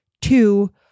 Two